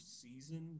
season